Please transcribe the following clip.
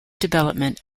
development